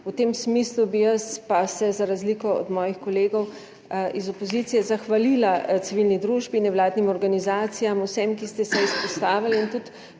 V tem smislu bi se pa jaz za razliko od svojih kolegov iz opozicije zahvalila civilni družbi in nevladnim organizacijam, vsem, ki ste se izpostavili in tudi